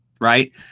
Right